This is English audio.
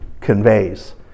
conveys